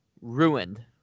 ruined